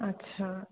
আচ্ছা